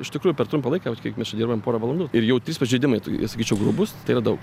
iš tikrųjų per trumpą laiką mes kiek mes čia dirbam porą valandų ir jau trys pažeidimai tai sakyčiau grubūs tai yra daug